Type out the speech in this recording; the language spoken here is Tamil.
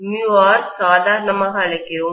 r சாதாரணமாக அழைக்கிறோம்